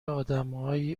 آدمایی